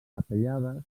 capellades